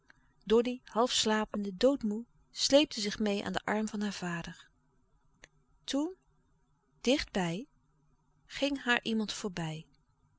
doddy half slapende doodmoê sleepte zich meê aan den arm van haar vader toen dichtbij ging haar iemand voorbij